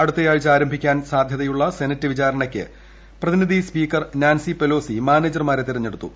അടുത്തയാഴ്ച ആരംഭിക്കാൻ സാധ്യതയുള്ള സെനറ്റ് വിചാരണയ്ക്ക് പ്രതിനിധി സ്പീക്കർ നാൻസി പെലോസി മാനേജർമാരെ തെരഞ്ഞെടുത്തു